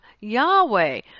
Yahweh